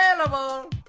available